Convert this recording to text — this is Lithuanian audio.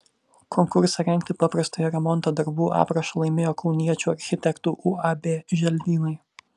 konkursą rengti paprastojo remonto darbų aprašą laimėjo kauniečių architektų uab želdynai